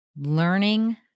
learning